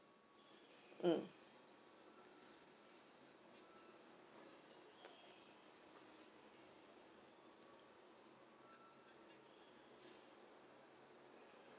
mm